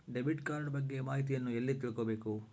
Debit card ಬಗ್ಗೆ ಮಾಹಿತಿಯನ್ನ ಎಲ್ಲಿ ತಿಳ್ಕೊಬೇಕು?